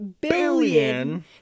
Billion